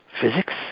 physics